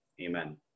Amen